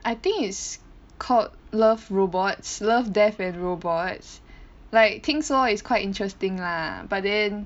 I think it's called Love Robots Love Death and Robots like 听说 is quite interesting lah but then